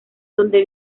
donde